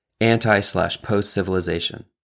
Anti-slash-Post-Civilization